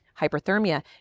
hyperthermia